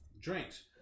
drinks